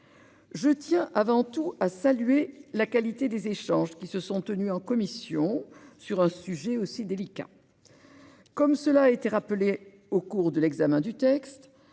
Je tiens avant tout à saluer la qualité des échanges qui se sont tenus en commission sur un sujet aussi délicat. Comme cela a été rappelé au cours de l'examen du texte,